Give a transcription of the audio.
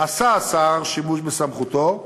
השר עשה שימוש בסמכותו,